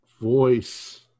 voice